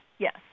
Yes